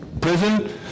prison